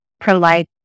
pro-life